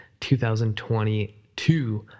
2022